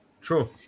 True